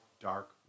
dark